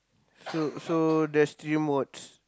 so so there's three modes